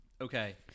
Okay